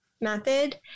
method